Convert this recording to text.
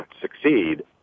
succeed